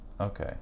okay